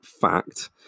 fact